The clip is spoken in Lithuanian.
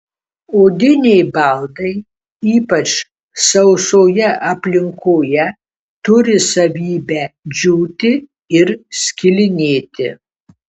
odiniai baldai ypač sausoje aplinkoje turi savybę džiūti ir skilinėti